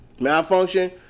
malfunction